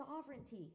sovereignty